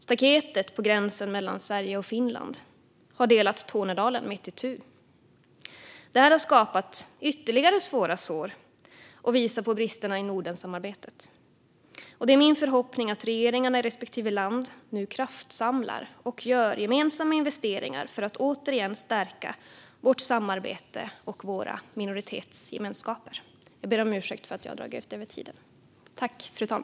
Staketet på gränsen mellan Sverige och Finland har delat Tornedalen mitt itu, vilket har skapat ytterligare svåra sår och visat på bristerna i Nordensamarbetet. Det är min förhoppning att regeringarna i respektive land nu kraftsamlar och gör gemensamma investeringar för att återigen stärka vårt samarbete och våra minoritetsgemenskaper. Jag ber om ursäkt för att jag överskred min talartid.